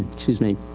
excuse me,